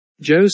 Joe